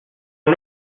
non